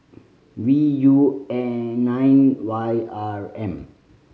V U N nine Y R M